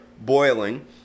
boiling